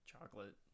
chocolate